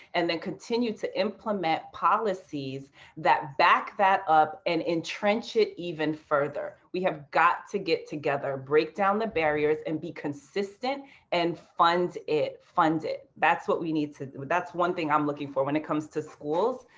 and then continue to implement policies that back that up and entrench it even further. we have got to get together, break down the barriers and be consistent and fund it. fund it. that's what we need to do. that's one thing i'm looking for when it comes to schools.